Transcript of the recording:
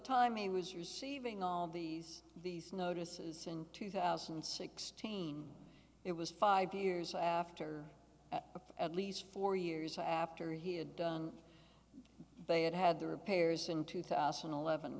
time he was receiving all these these notices in two thousand and sixteen it was five years after at least four years after he had done they had had the repairs in two thousand and eleven